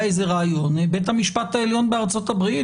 בית המשפט העליון בארצות הברית,